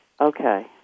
Okay